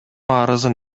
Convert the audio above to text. арызын